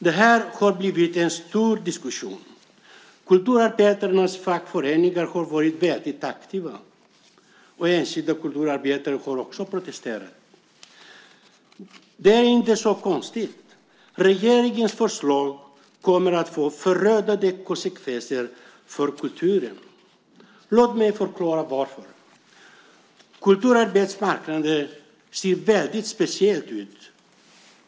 Det här har blivit en stor diskussion. Kulturarbetarnas fackföreningar har varit väldigt aktiva, och enskilda kulturarbetare har också protesterat. Det är inte så konstigt. Regeringens förslag kommer att få förödande konsekvenser för kulturen. Låt mig förklara varför. Kulturarbetsmarknaden ser väldigt speciell ut.